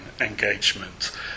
engagement